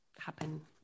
happen